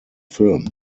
film